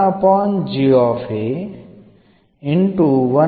അപ്പോൾ